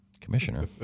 Commissioner